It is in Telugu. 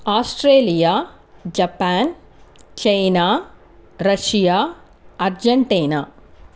Australia Japan China Russia Argentina